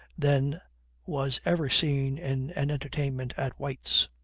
than was ever seen in an entertainment at white's.